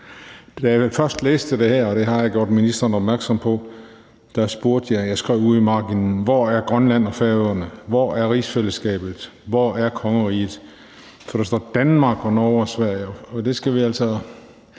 Da jeg først læste det her, og det har jeg gjort ministeren opmærksom på, spurgte jeg, og jeg skrev det ude i marginen: Hvor er Grønland og Færøerne? Hvor er rigsfællesskabet? Hvor er kongeriget? For der står Danmark og Norge og Sverige. Og der skal vi altså